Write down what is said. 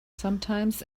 sometimes